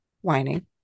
whining